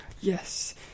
Yes